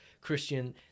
Christian